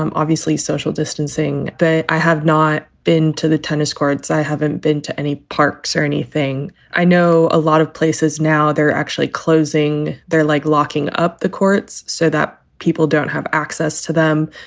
um obviously social distancing i have not been to the tennis courts. i haven't been to any parks or anything. i know a lot of places now. they're actually closing there, like locking up the courts so that people don't have access to them.